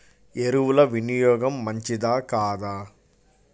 ఎరువుల వినియోగం మంచిదా కాదా?